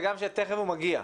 וגם שתיכף הוא מגיע.